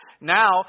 Now